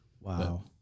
Wow